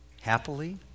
Happily